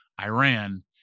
Iran